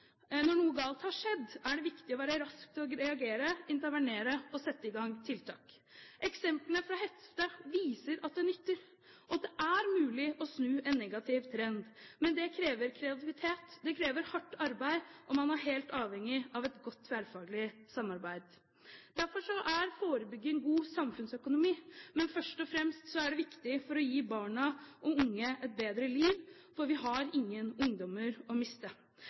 har skjedd, er det viktig å være rask til å reagere, intervenere og sette i gang tiltak. Eksemplene fra heftet viser at det nytter, og at det er mulig å snu en negativ trend. Men det krever kreativitet og hardt arbeid, og man er helt avhengig av et godt tverrfaglig samarbeid. Derfor er forebygging god samfunnsøkonomi. Men først og fremst er det viktig for å gi barn og unge et bedre liv, for vi har ingen ungdommer å miste.